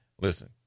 listen